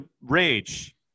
rage